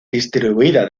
distribuida